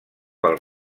pel